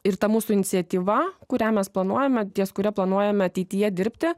ir ta mūsų iniciatyva kurią mes planuojame ties kuria planuojame ateityje dirbti